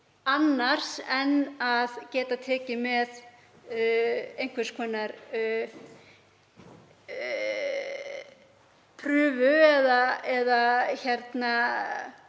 annars en að geta tekið með einhvers konar prufu af